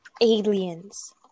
aliens